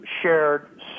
shared